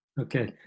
Okay